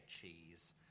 cheese